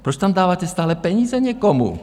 Proč tam dáváte stále peníze někomu?